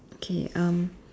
okay um